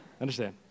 Understand